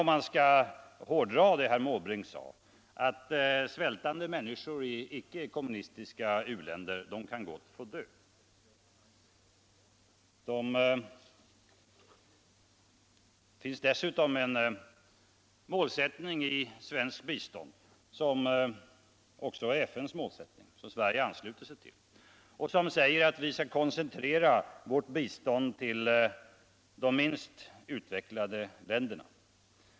Om man skall ta herr Måbrink på orden tycks ni mena att svältande människor i ickekommunistiska u-länder gott kan få dö. Det finns dessutom en målsättning i svensk biståndspolitik — som också är FN:s målsättning, som Sverige anslutit sig till — som säger att vi skall koncentrera vårt bistånd till de minst utvecklade länderna.